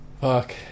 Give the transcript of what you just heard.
Fuck